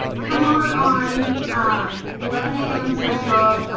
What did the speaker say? come on on um like eleven a m. central